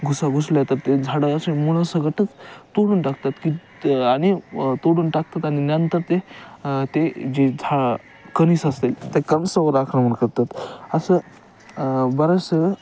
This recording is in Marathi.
घुशी घुसल्या तर ते झाड असे मुळंसकटच तोडून टाकतात की तर आणि तोडून टाकतात आणि नंतर ते ते जे झा कणीस असेल त्या कणसावर आक्रमण करतात असं बऱ्याचसं